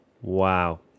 Wow